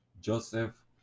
Joseph